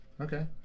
Okay